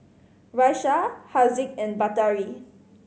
Raisya Haziq and Batari